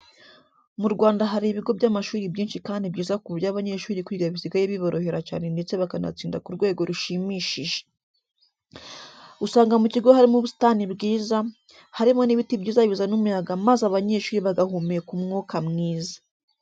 Mu Rwanda hari ibigo by'amashuri byinshi kandi byiza ku buryo abanyeshuri kwiga bisigaye biborohera cyane ndetse bakanatsinda ku rwego rushimishije. Usanga mu kigo harimo ubusitani bwiza, harimo n'ibiti byiza bizana umuyaga maze abanyeshuri bagahumeka umwuka mwiza.